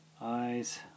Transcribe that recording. Eyes